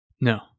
No